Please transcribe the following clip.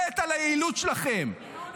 מת על היעילות שלכם,